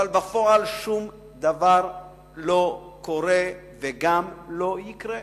אבל בפועל שום דבר לא קורה וגם לא יקרה.